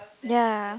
ya